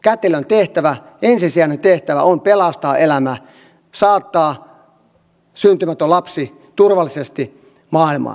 kätilön tehtävä ensisijainen tehtävä on pelastaa elämä saattaa syntymätön lapsi turvallisesti maailmaan